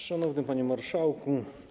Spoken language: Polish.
Szanowny Panie Marszałku!